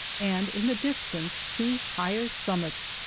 and in the distance two higher summits,